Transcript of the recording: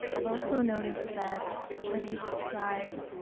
i've also noticed that when you describe